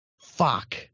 Fuck